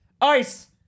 ice